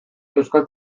euskal